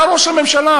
אתה ראש הממשלה,